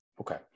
Okay